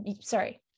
sorry